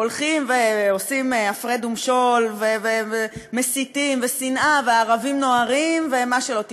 הולכים ועושים הפרד ומשול ומסיתים ושנאה ו"הערבים נוהרים" ומה שלא תרצו.